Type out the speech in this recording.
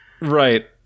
Right